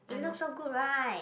it look so good right